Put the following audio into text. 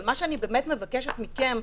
אבל מה שאני באמת מבקשת מכם,